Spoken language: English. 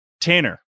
Tanner